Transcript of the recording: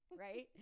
Right